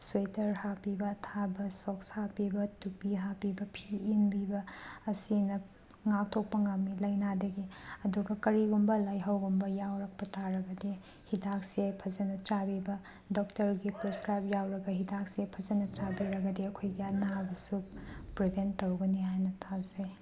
sweater ꯍꯥꯞꯄꯤꯕ ꯑꯊꯥꯕ socks ꯍꯥꯞꯄꯤꯕ ꯇꯨꯄꯤ ꯍꯥꯞꯄꯤꯕ ꯐꯤ ꯏꯟꯕꯤꯕ ꯑꯁꯤꯅ ꯉꯥꯛꯊꯣꯛꯄ ꯉꯝꯃꯤ ꯂꯥꯏꯅꯥꯗꯒꯤ ꯑꯗꯨꯒ ꯀꯔꯤꯒꯨꯝꯕ ꯂꯥꯏꯍꯧꯒꯨꯝꯕ ꯌꯥꯎꯔꯛꯄ ꯇꯥꯔꯒꯗꯤ ꯍꯤꯗꯥꯛꯁꯦ ꯐꯖꯅ ꯆꯥꯕꯤꯕ ꯗꯣꯛꯇꯔꯒꯤ ꯄ꯭ꯔꯦꯁꯀ꯭ꯔꯥꯏꯞ ꯌꯥꯎꯔꯒ ꯍꯤꯗꯥꯛꯁꯦ ꯐꯖꯅ ꯆꯥꯕꯤꯔꯒꯗꯤ ꯑꯩꯈꯣꯏꯒꯤ ꯑꯅꯥꯕꯁꯨ ꯄ꯭ꯔꯤꯚꯦꯟ ꯇꯧꯒꯅꯤ ꯍꯥꯏꯅ ꯊꯥꯖꯩ